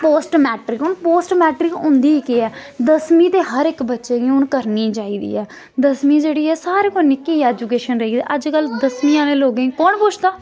post matric हून post matric होंदी केह् ऐ दसमीं ते हर इक बच्चे गी हून करनी चाहिदी ऐ दसमीं जेह्ड़ी ऐ सारें कोला निक्की ऐजूकेशन रेही दी अज्जकल दसमीं आह्लें लोकें गी कौन पुछदा